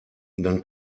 dann